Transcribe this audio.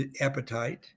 appetite